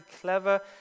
clever